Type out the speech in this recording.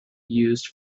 used